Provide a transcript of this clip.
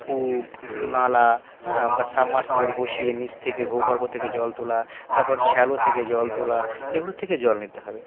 কূপ নালা হ্যাঁ বা সাবমার্সিবল বসিয়ে নিচ থেকে ভূগর্ভ থেকে জল তোলা তারপর শ্যালো থেকে জল তোলা এগুলো থেকে জল নিতে হবে